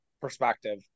perspective